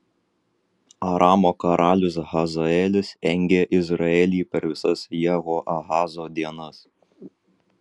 aramo karalius hazaelis engė izraelį per visas jehoahazo dienas